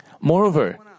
Moreover